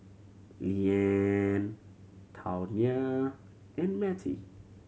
Leeann Tawnya and Mattie